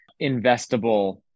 investable